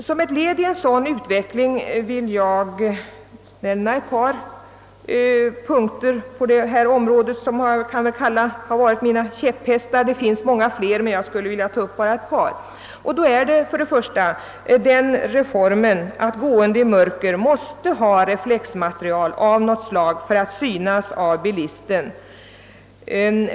Som led i en sådan utveckling vill jag nämna ett par punkter som varit mina käpphästar. Först och främst borde den reformen genomföras att gående i mörker måste ha reflexmaterial av något slag för att synas av bilisten.